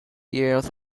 years